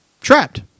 trapped